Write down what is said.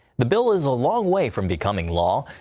the bill is a long way from becoming law.